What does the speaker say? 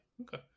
Okay